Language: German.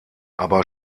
aber